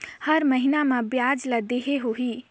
हर महीना मा ब्याज ला देहे होही?